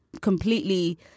completely